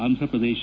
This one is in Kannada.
ಆಂಧ್ರಪ್ರದೇಶ